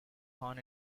horn